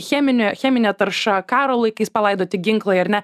cheminė cheminė tarša karo laikais palaidoti ginklai ar ne